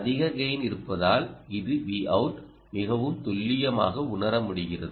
அதிக கெய்ன் இருப்பதால் இது Vout மிகவும் துல்லியமாக உணர முடிகிறது